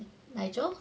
nigel